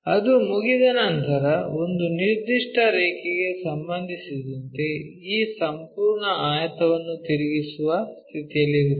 ಅದು ಮುಗಿದ ನಂತರ ಒಂದು ನಿರ್ದಿಷ್ಟ ರೇಖೆಗೆ ಸಂಬಂಧಿಸಿದಂತೆ ಈ ಸಂಪೂರ್ಣ ಆಯತವನ್ನು ತಿರುಗಿಸುವ ಸ್ಥಿತಿಯಲ್ಲಿರುತ್ತೇವೆ